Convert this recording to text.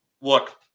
look